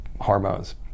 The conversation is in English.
hormones